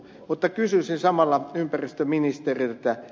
mutta kysyisin samalla ympäristöministeriltä